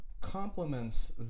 complements